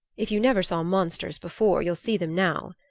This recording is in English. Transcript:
if you never saw monsters before you'll see them now.